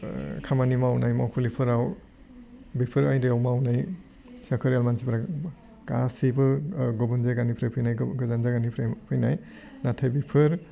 खामानि मावनाय मावखुलिफोराव बेफोर आयदायाव मावनाय साख्रियाल मानसिफोरा गासैबो गुबुन जायगानिफ्राय फैनाय गोजान जायगानिफ्राय फैनाय नाथाय बेफोर